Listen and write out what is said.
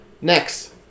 Next